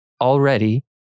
Already